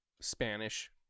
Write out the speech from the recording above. spanish